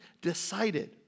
decided